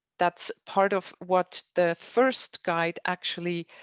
that's part of what the first guide actually